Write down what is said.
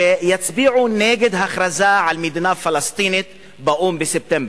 שיצביעו נגד הכרזה על מדינה פלסטינית באו"ם בספטמבר.